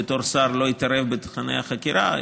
אני בתור שר לא אתערב בתוכני החקירה,